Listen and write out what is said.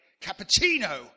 cappuccino